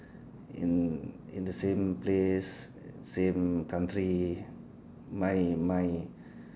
in in the same place in the same country my my